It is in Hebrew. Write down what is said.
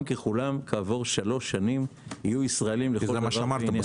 ככולם כעבור שלוש שנים יהיו ישראליים לכל דבר ועניין.